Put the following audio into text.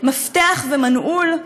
מפתח ומנעול,